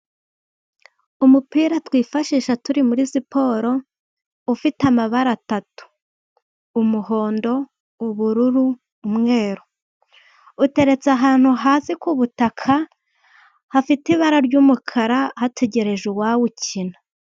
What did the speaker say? Umupira twifashisha turi muri siporo, ufite amabara atatu. Umuhondo, ubururu, umweru. Uteretse ahantu hasi ku butaka, hafite ibara ry'umukara. Hategereje uwawukina.